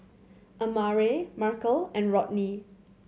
Amare Markel and Rodney